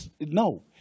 No